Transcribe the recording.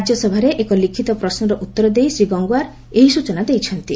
ରାଜ୍ୟ ସଭାରେ ଏକ ଲିଖିତ ପ୍ରଶ୍ୱର ଉତ୍ତର ଦେଇ ଶ୍ରୀ ଗଙ୍ଗୱାର ଏହି ସୂଚନା ଦେଇଛନ୍ତି